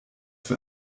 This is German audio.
für